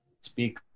speak